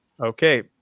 Okay